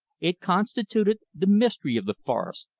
it constituted the mystery of the forest,